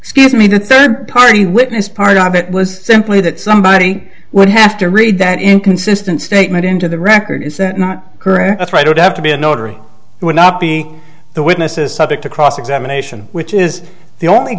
excuse me the third party witness part of it was simply that somebody would have to read that inconsistent statement into the record he said not her that's right would have to be a notary he would not be the witness is subject to cross examination which is the only